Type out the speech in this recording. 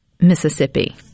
Mississippi